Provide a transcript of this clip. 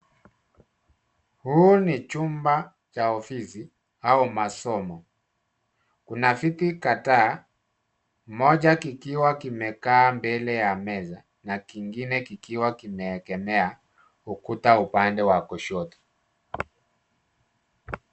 Huu ni chumba cha ofisi au masomo, kuna viti kadhaa moja kikiwa kimekaa mbele ya meza, na kingine kikiwa kimeegemea ukuta upande wa kushoto.